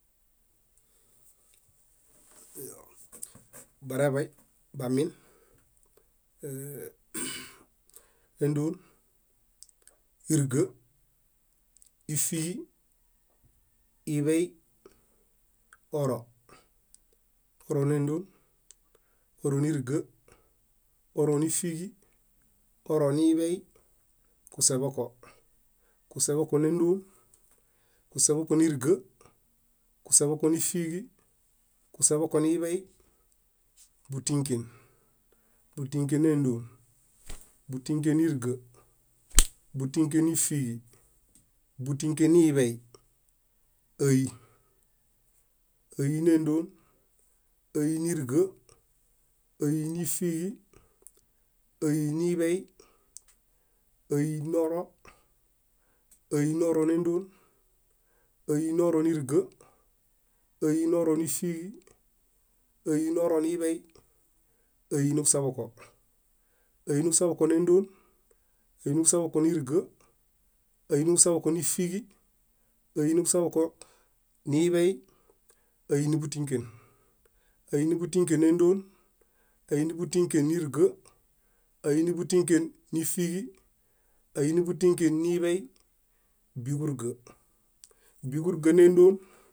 Iyo. Bareḃay, banin, éndon, íriga, ífiiġi iḃey, oro; oro néndon, oro níriga, oro nífiġi, oro niḃey, kuseḃoko, kuseḃoko néndon, kuseḃoko níriga, kuseḃoko nífiġi, kuseḃoko niḃey, bútĩken, bútĩken néndon, bútĩken níriga, bútĩken nífiġi, bútĩken niḃey, ái, áinendon, áineriga, áinifiġi, ái niḃey, ái noro, ái noro néndon, ái noro níriga, ái noro nífiġi, ái noroniḃey, ái niġuseḃoko, ái niġuseḃoko néndon, ái niġuseḃoko níriga, ái niġuseḃoko nífiġi, ái niġuseḃokoniḃey, áiniḃutĩken, áiniḃutĩkenendon, áiniḃutĩkeniriga, áiniḃutĩkenifiġi, áiniḃutĩken niḃey, bíġuriġa, bíġuriġanendon,